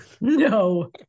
No